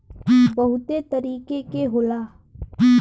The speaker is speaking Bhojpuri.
बहुते तरीके के होला